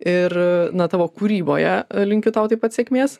ir na tavo kūryboje linkiu tau taip pat sėkmės